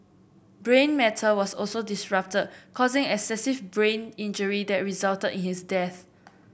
brain matter was also disrupted causing excessive brain injury that resulted in his death